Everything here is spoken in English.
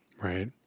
Right